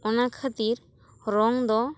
ᱚᱱᱟ ᱠᱷᱟᱹᱛᱤᱨ ᱨᱚᱝ ᱫᱚ